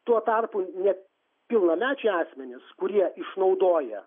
tuo tarpu ne pilnamečiai asmenys kurie išnaudoja